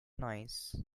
nice